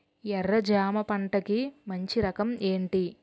ఎర్ర జమ పంట కి మంచి రకం ఏంటి?